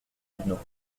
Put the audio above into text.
buneaux